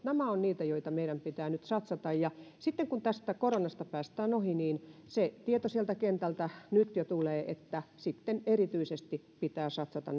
nämä ovat niitä joihin meidän pitää nyt satsata sitten kun tästä koronasta päästään ohi sitä tietoa sieltä kentältä nyt jo tulee niin sitten erityisesti pitää satsata